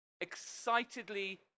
excitedly